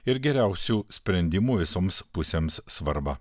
ir geriausių sprendimų visoms pusėms svarbą